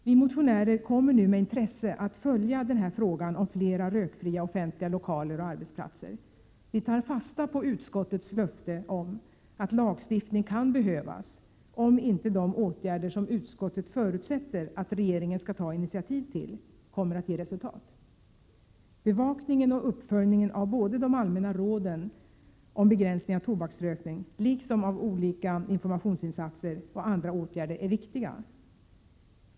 Vi motionärer kommer nu med intresse att följa frågan om flera rökfria offentliga lokaler och arbetsplatser. Vi tar fasta på utskottets löfte om att lagstiftning kan aktualiseras om inte de åtgärder som utskottet förutsätter att regeringen skall ta initiativ till kommer att ge resultat. Bevakningen och uppföljningen av de allmänna råden om begränsning av tobaksrökning liksom av olika informationsinsatser och andra åtgärder är viktiga.